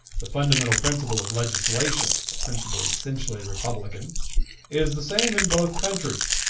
the fundamental principle of legislation a principle essentially republican is the same in both countries,